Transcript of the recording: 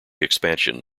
expansion